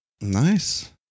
nice